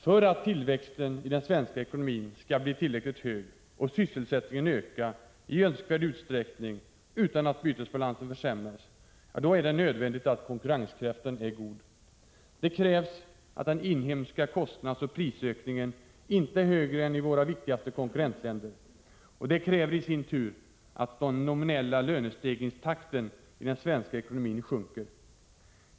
För att tillväxten i den svenska ekonomin skall bli tillräckligt hög och sysselsättningen öka i önskvärd utsträckning utan att bytesbalansen försämras, är det nödvändigt att konkurrenskraften är god. Det krävs att den inhemska kostnadsoch prisökningen inte är högre än i våra viktigaste konkurrentländer, och det kräver i sin tur att den nominella lönestegringstakten i den svenska ekonomin sjunker.